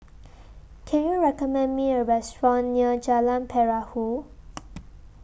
Can YOU recommend Me A Restaurant near Jalan Perahu